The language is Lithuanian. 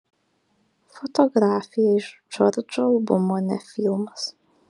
fotografija iš džordžo albumo ne filmas